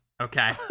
Okay